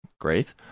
great